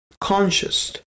conscious